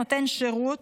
נותן שירות.